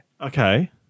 Okay